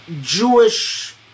Jewish